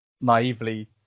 naively